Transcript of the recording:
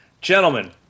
Gentlemen